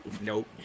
Nope